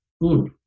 good